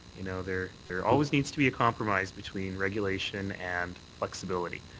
you know, there there always needs to be a compromise between regulation and flexibility.